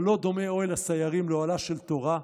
אבל לא דומה אוהל הסיירים לאוהלה של תורה.